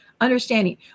understanding